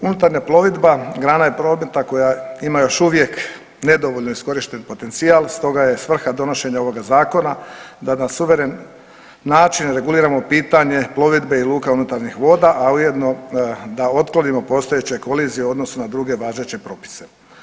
Unutarnja plovidba grana je prometa koja ima još uvijek nedovoljno iskorišten potencijal stoga je svrha donošenja ovoga Zakona da na suveren način reguliramo pitanje plovidbe i luka unutarnjih voda, a ujedno da otklonimo postojeće kolizije u odnosu na druge važeće propise.